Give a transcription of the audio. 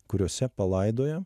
kuriose palaidojam